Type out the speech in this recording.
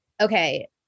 Okay